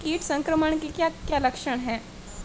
कीट संक्रमण के क्या क्या लक्षण हैं?